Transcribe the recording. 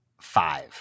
five